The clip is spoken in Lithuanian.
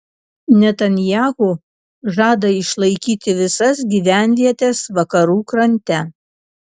netanyahu žada išlaikyti visas gyvenvietes vakarų krante